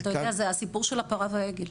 זה הסיפור של הפרה והעגל.